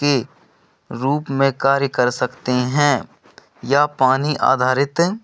के रूप में कार्य कर सकते हैं यह पानी आधारित